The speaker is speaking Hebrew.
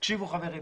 תקשיבו חברים,